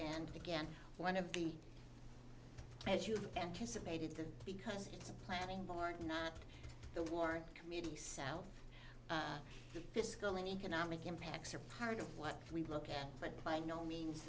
and again one of the as you anticipated them because it's a planning board not the war committee south the fiscal and economic impacts are part of what we look at but by no means